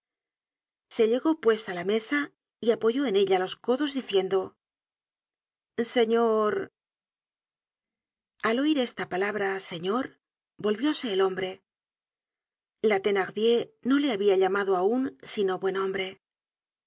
se llegó pues á la mesa y apoyó en ella los codos diciendo señor content from google book search generated at al oir esta palabra señor volvióse el hombre la thenardier no le habia llamado aun sino buen hombre